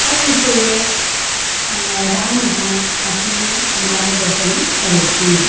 तद्विषये रामः अस्मान् मार्गदर्शनं करोति